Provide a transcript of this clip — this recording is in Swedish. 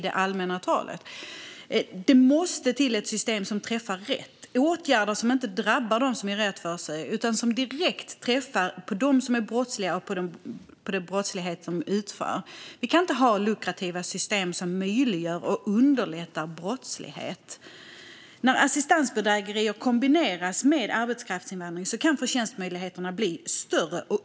Det måste till ett system som träffar rätt och åtgärder som inte drabbar dem som gör rätt för sig utan direkt träffar dem som är brottsliga och den brottslighet som de utför. Vi kan inte ha lukrativa system som möjliggör och underlättar brottslighet. När assistansbedrägerier kombineras med arbetskraftsinvandring kan förtjänstmöjligheterna bli större.